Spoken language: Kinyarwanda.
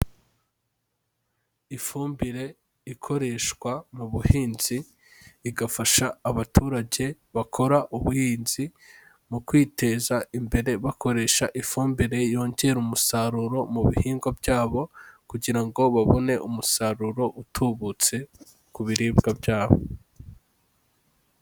Ifumbire ikoreshwa mu buhinzi, igafasha abaturage bakora ubuhinzi mu kwiteza imbere bakoresha ifumbire yongera umusaruro mu bihingwa byabo kugira ngo babone umusaruro utubutse ku biribwa byabo.